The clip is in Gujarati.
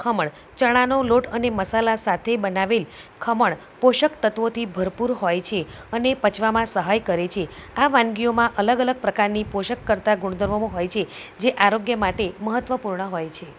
ખમણ ચણાનો લોટ અને મસાલા સાથે બનાવેલ ખમણ પોષકતત્ત્વોથી ભરપૂર હોય છે અને પચવામાં સહાય કરે છે આ વાનગીઓમાં અલગ અલગ પ્રકારની પોષકતા ગુણધર્મો હોય છે જે આરોગ્ય માટે મહત્ત્વપૂર્ણ હોય છે